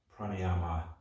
pranayama